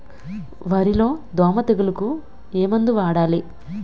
వరిలో దోమ తెగులుకు ఏమందు వాడాలి?